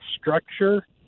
structure